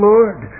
Lord